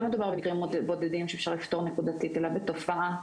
לא מדובר במקרים בודדים שאפשר לפתור נקודתית אלא בתופעה.